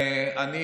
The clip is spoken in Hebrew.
בואו נצביע.